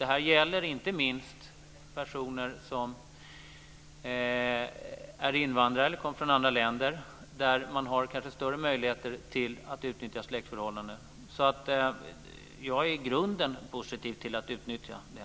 Det här gäller inte minst personer som är invandrare eller kommer från andra länder där man kanske har större möjligheter att utnyttja släktförhållanden. Jag är i grunden positiv till att utnyttja det.